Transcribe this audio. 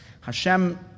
Hashem